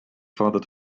father